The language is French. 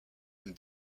une